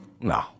No